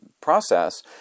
process